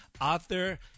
author